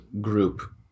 group